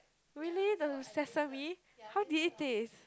really the sesame how did it taste